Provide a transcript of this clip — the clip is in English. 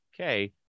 okay